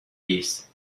east